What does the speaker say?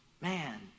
Man